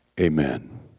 Amen